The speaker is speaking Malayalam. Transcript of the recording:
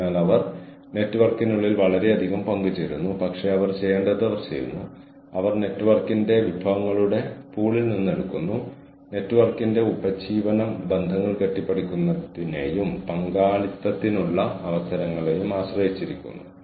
ഓർഗനൈസേഷൻ ഓർഗനൈസേഷണൽ ലെവൽ എച്ച്ആർ സംവിധാനങ്ങൾ സുഗമമാക്കുന്നു ടീം ലെവൽ എച്ച്ആർ സംവിധാനങ്ങൾ സുഗമമാക്കുന്നു ഇത് ജീവനക്കാരുടെ ഗ്രഹിക്കുന്ന എച്ച്ആർ സംവിധാനങ്ങളെ സുഗമമാക്കുന്നു